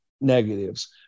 negatives